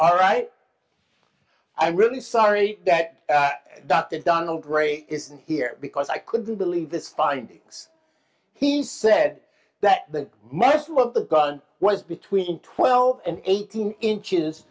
all right i'm really sorry that dr donald gray isn't here because i couldn't believe this findings he said that the muscle of the gun was between twelve and eighteen inches